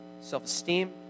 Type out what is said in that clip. self-esteem